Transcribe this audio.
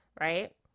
right